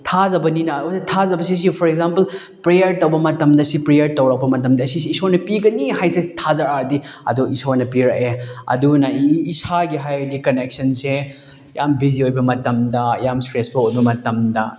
ꯊꯥꯖꯕꯅꯤꯅ ꯊꯥꯖꯕꯁꯤꯁꯨ for example prayer ꯇꯧꯕ ꯃꯇꯝꯗ ꯁꯤ ꯄ꯭ꯔꯦꯌꯔ ꯇꯧꯔꯛꯄ ꯃꯇꯝꯗ ꯁꯤꯁꯦ ꯏꯁꯣꯔꯅ ꯄꯤꯒꯅꯤ ꯍꯥꯏꯁꯦ ꯊꯥꯖꯔꯗꯤ ꯑꯗꯨ ꯏꯁꯣꯔꯅ ꯄꯤꯔꯛꯑꯦ ꯑꯗꯨꯅ ꯑꯩ ꯏꯁꯥꯒꯤ ꯍꯥꯏꯔꯗꯤ ꯀꯟꯅꯦꯛꯁꯟꯁꯦ ꯌꯥꯝ ꯕꯤꯖꯤ ꯑꯣꯏꯕ ꯃꯇꯝꯗ ꯌꯥꯝ ꯏꯁꯇ꯭ꯔꯦꯁꯐꯨꯜ ꯑꯣꯏꯕ ꯃꯇꯝꯗ